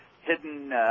hidden